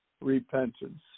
repentance